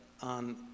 on